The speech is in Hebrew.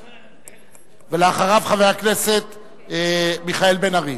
אחריו, חבר הכנסת מיכאל בן-ארי.